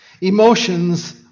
emotions